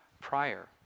prior